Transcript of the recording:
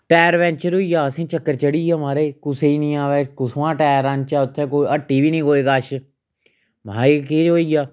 tyre puncture होई गेआ असें चक्कर चड़ी गेआ महाराज कुसै नी आवा कुत्थुंआं टैर आह्नचै उत्थैं कोई हट्टी बी नेईं कोई कश महां एह केह् होई गेआ